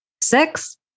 Six